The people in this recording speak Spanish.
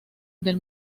del